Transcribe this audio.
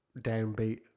downbeat